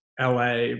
LA